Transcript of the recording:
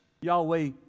Yahweh